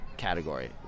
category